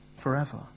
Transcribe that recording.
Forever